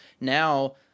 now